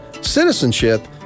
citizenship